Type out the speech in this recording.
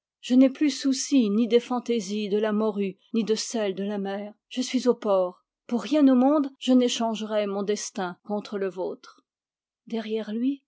je n'ai plus souci ni des fantaisies de la morue ni de celles de la mer je suis au port pour rien au monde je n'échangerais mon destin contre le vôtre derrière lui